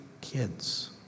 kids